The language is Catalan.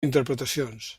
interpretacions